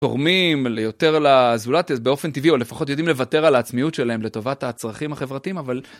תורמים ליותר לזולת אז באופן טבעי או לפחות יודעים לוותר על העצמיות שלהם לטובת הצרכים החברתיים אבל.